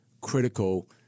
critical